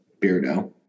Beardo